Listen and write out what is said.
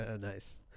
Nice